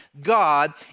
God